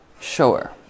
sure